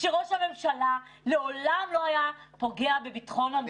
שראש הממשלה לעולם לא היה פוגע בביטחון המדינה.